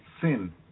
sin